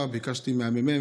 ביקשתי עכשיו מהממ"מ,